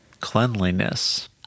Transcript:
cleanliness